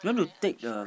you want to take a